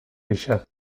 gisa